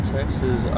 Texas